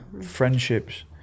Friendships